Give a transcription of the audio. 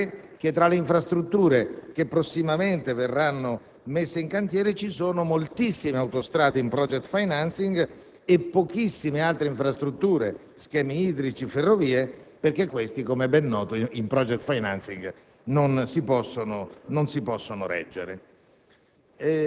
accade che fra le infrastrutture che prossimamente verranno messe in cantiere ci siano moltissime autostrade in *project financing* e pochissime infrastrutture come schemi idrici o ferrovie, che com'è noto, in *project financing* non si possono reggere.